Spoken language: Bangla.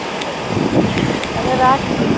হুম তাহলে রাখছি